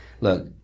look